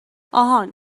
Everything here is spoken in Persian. آهان